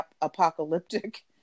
apocalyptic